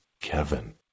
Kevin